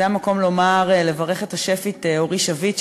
זה המקום לברך את השפית אורי שביט,